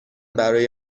برای